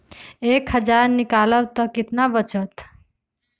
एक हज़ार निकालम त कितना वचत?